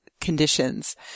conditions